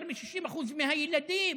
יותר מ-60% מהילדים